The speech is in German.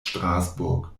straßburg